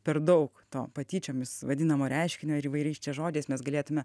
per daug to patyčiomis vadinamo reiškinio ir įvairiais čia žodžiais mes galėtume